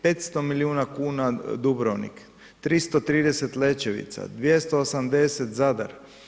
500 milijuna kuna Dubrovnik, 330 Lečevica, 280 Zadar.